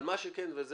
אנחנו